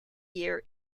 year